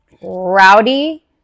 rowdy